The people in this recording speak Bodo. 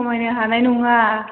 खमायनो हानाय नङा